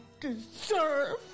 deserve